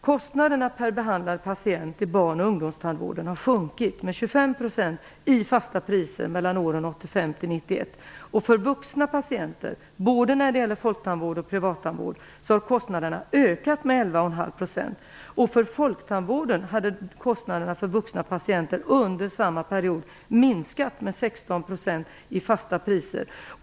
Kostnaderna per behandlad patient i barn och ungdomstandvården har sjunkit med 25 % i fasta priser åren 1985-1991. För vuxna patienter - det gäller då både folktandvård och privattandvård - har kostnaderna ökat med 11,5 %. För Folktandvården minskade kostnaderna för vuxna patienter med 16 % i fasta priser under samma period.